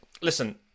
listen